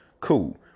Cool